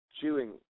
chewing